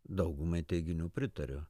daugumai teiginių pritariu